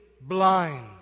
blind